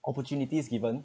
opportunities given